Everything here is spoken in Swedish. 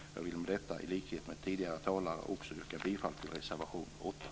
Jag vill med detta i likhet med tidigare talare yrka bifall till reservation 8.